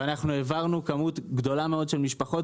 ואנחנו העברנו כמות גדולה מאוד של משפחות.